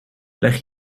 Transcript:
leg